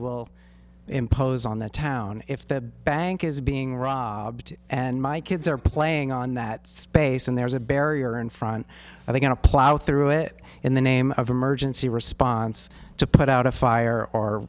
will impose on the town if the bank is being rob and my kids are playing on that space and there's a barrier in front of the going to plow through it in the name of emergency response to put out a fire or